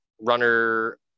runner